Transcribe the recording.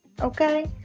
Okay